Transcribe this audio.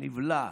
נבלע,